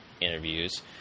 interviews